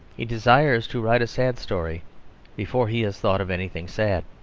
he desires to write a sad story before he has thought of anything sad.